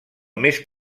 més